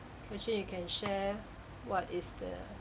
for sure you can share what is the